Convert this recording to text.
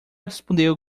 respondeu